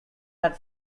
had